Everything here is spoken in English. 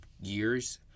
years